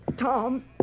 Tom